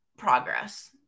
progress